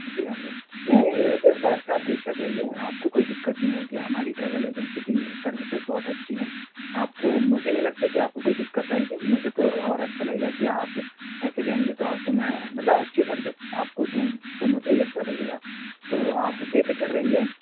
जी हाँ जी हाँ नहीं इस बात से आप बेशक रहिए आपको कोई दिक़्क़त नहीं होगी हमारी ट्रैवल एजेंसी की सर्विसिज़ बहुत अच्छी हैं आपको मुझे नहीं लगता कि आपको कोई दिक़्क़त आएगी मुझे तो और अच्छा लगेगा कि आप ऐसे जाएंगे तो आपको मैं मतलब अच्छी सर्विस आपको दूं तो मुझे ही अच्छा लगेगा तो आप बेफ़िक्र रहिए